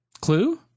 Clue